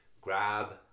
grab